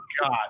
God